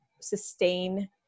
sustain